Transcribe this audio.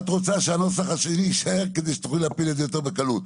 את רוצה שהנוסח השני יישאר כדי שתוכלי להפיל את זה יותר בקלות.